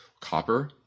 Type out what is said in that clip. Copper